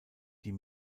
die